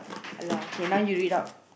alah okay now you read out